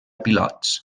pilots